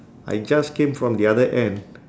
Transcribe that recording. I just came from the other end